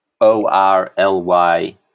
O-R-L-Y